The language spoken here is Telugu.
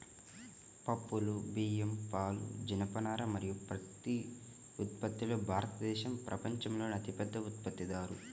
పప్పులు, బియ్యం, పాలు, జనపనార మరియు పత్తి ఉత్పత్తిలో భారతదేశం ప్రపంచంలోనే అతిపెద్ద ఉత్పత్తిదారు